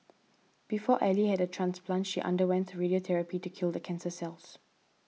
before Ally had a transplant she underwent radiotherapy to kill the cancer cells